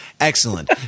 Excellent